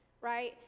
right